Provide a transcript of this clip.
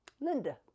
Linda